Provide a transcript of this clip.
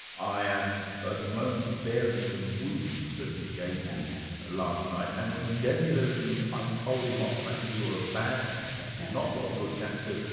i am at the moment bearing some wounds that he gave me last night, and when he gave me those wounds, i told him off, i said, you're a bad cat. that's not what good cats do'.